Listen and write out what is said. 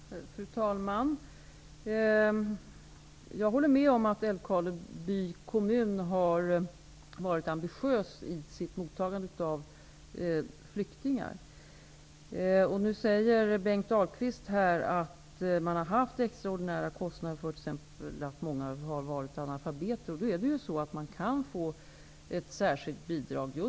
Fru talman! Jag håller med om att Älvkarleby kommun har varit ambitiös i sitt mottagande av flyktingar. Nu säger Bengt Ahlquist att man har haft extraordinära kostnader på grund av att många har varit analfabeter. Just av det skälet kan man få ett särskilt bidrag.